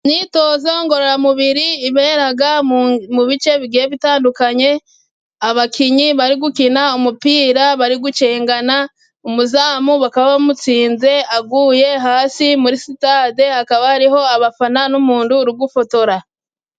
Imyitozo ngororamubiri ibera mu bice bigiye bitandukanye, abakinnyi bari gukina umupira bari gucengana, umuzamu bakaba bamutsinze aguye hasi. Muri sitade hakaba hariho abafana n'umuntu uri gufotora.